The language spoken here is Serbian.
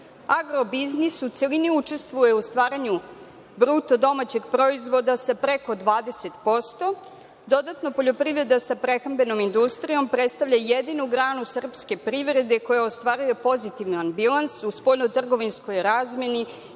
Agro biznis u celini učestvuje u stvaranju bruto domaćeg proizvoda sa preko 20%. Dodatna poljoprivreda sa prehrambenom industrijom predstavlja jedinu granu srpske privrede koja ostvaruje pozitivan bilans u spoljnotrgovinskoj razmeni